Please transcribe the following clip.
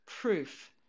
proof